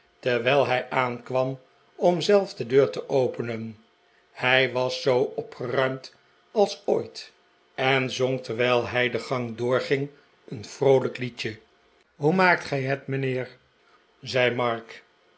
terwijl hij aankwam om zelf de deur te openen hij was zoo opgeruimd als ooit en zqng terwijl hij de gang doorging een vroolijk liedje hoe maakt gij het mijnheer zei mark